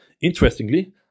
interestingly